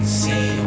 see